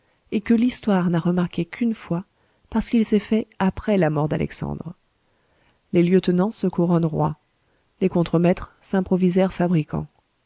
et que l'histoire n'a remarqué qu'une fois parce qu'il s'est fait après la mort d'alexandre les lieutenants se couronnent rois les contre maîtres s'improvisèrent fabricants